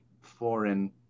foreign